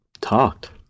talked